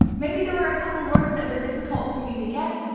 maybe there were a couple of words that were difficult for you to get.